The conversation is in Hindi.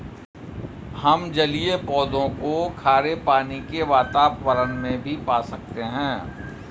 हम जलीय पौधों को खारे पानी के वातावरण में भी पा सकते हैं